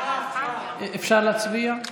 אפשר להצביע.